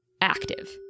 active